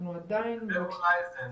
אנחנו עדיין --- אני רון אייזן,